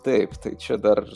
taip tai čia dar